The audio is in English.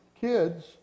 kids